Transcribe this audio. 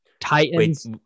titans